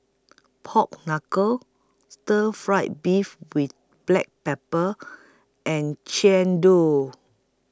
Pork Knuckle Stir Fry Beef with Black Pepper and